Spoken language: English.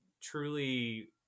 truly